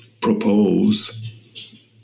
propose